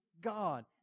God